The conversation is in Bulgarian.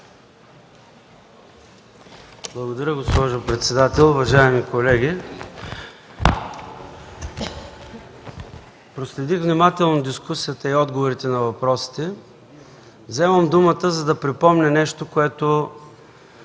Благодаря, госпожо председател. Уважаеми колеги, проследих внимателно дискусията и отговорите на въпросите. Вземам думата, за да припомня нещо, което